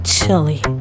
Chili